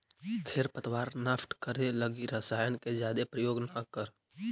खेर पतवार नष्ट करे लगी रसायन के जादे प्रयोग न करऽ